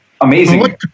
amazing